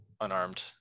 unarmed